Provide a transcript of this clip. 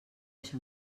això